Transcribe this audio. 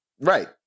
Right